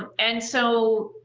um and so,